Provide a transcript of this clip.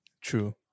True